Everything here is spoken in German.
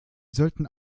sollten